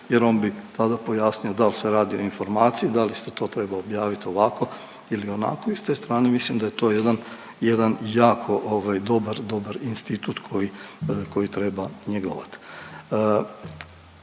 jer on bi tada pojasnio da li se radi o informaciji, da li se tu treba objaviti ovako ili onako i s te strane mislim da je to jedan, jedan jako ovaj dobar, dobar institut koji treba njegovati.